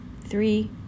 three